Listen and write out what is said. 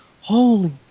holy